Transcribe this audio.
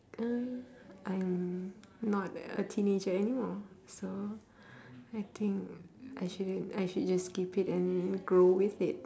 uh I'm not a teenager anymore so I think I should I should just keep it and grow with it